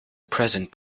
present